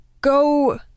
go